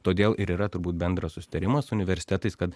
todėl ir yra turbūt bendras susitarimas su universitetais kad